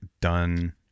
done